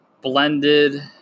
Blended